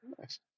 nice